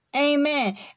Amen